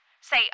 Say